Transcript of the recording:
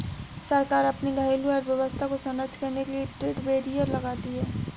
सरकार अपने घरेलू अर्थव्यवस्था को संरक्षित करने के लिए ट्रेड बैरियर लगाती है